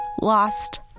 lost